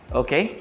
okay